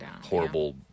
horrible